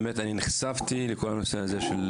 אני באמת נחשפתי לכל הנושא הזה של